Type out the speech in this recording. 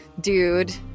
dude